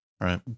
right